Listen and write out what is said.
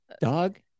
dog